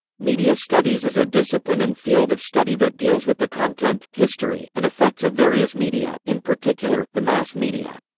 media studies is a discipline and field of study that deals with the content, history, and effects of various media in particular, the mass media.